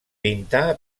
pintà